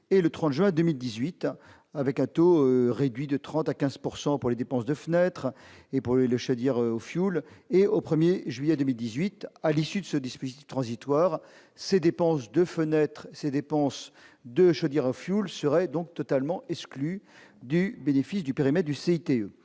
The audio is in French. et le 30 juin 2018, avec un taux réduit de 30 à 15 pourcent pour les dépenses de fenêtre et pour lui, le chat, dire au fioul et au 1er juillet 2018, à l'issue de ce dispositif transitoire ces dépenses de fenêtre s', dépenses de chaudière fioul seraient donc totalement est-ce que du bénéfice du périmètre du CTE